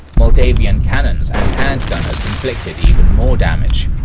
moldavian cannons and handgunners inflicted even more damage.